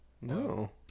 No